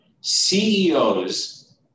CEOs